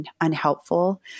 unhelpful